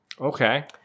Okay